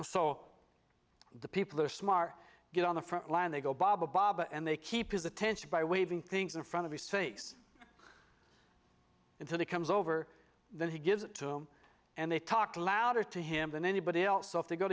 so the people are smart get on the front line they go baba baba and they keep his attention by waving things in front of his face until it comes over then he gives it to them and they talk louder to him than anybody else so if they go